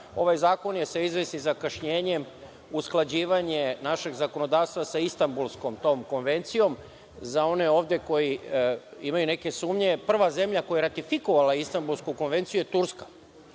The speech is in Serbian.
ovaj zakon je sa izvesnim zakašnjenjem usklađivanje našeg zakonodavstva sa Istambulskom konvencijom. Za one ovde koji imaju neke sumnje, prva zemlja koja je ratifikovala Istambulsku konvenciju je Turska.